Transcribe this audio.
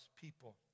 people